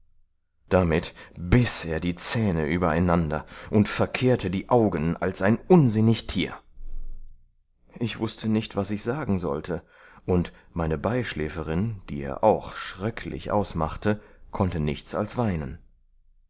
damit biß er die zähne übereinander und verkehrte die augen als ein unsinnig tier ich wußte nicht was ich sagen sollte und meine beischläferin die er auch schröcklich ausmachte konnte nichts als weinen